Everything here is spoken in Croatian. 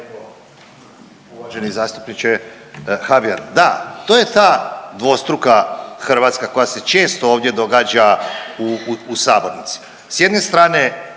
Uvaženi zastupniče Habijan, da, to je ta dvostruka Hrvatska koja se često ovdje događa u, u sabornici, s jedne strane